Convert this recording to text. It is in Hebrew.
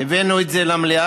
הבאנו את זה כאן למליאה.